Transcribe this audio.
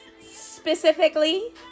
specifically